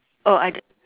oh I do~